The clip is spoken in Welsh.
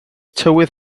tywydd